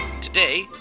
today